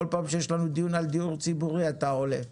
פעם שיש לנו דיון על דיור ציבורי אתה עולה.